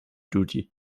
duty